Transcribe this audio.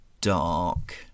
dark